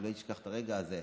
אני לא אשכח את הרגע הזה,